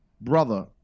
brother